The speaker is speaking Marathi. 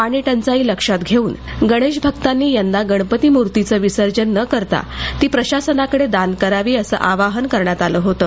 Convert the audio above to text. पाणी टंचाई लक्षात घेउन गणेश भक्तानी यंदा गणपती मुर्तीचं विर्सजन न करता ती प्रशासनाकडे दान करावी असं आवाहन करण्यात आलं होतं